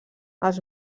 els